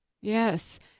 yes